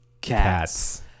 Cats